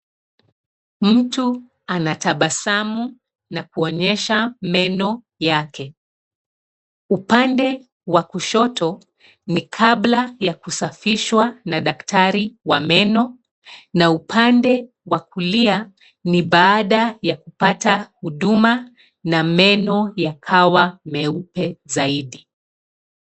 Mtu anatabasamu na kuonyesha meno yake. Upande wa kushoto ni kabla ya kusafishwa na daktari wa meno. Na upande wa kulia ni baada ya kupata huduma na meno yakawa meupe zaidi.